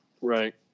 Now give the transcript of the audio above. Right